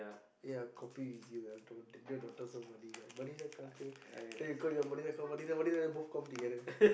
ya copy you your daughter somebody like Madinah culture then you call your Madinah call Madinah Madinah Madinah then both come together